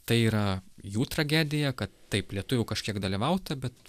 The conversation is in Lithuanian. tai yra jų tragedija kad taip lietuvių kažkiek dalyvauta bet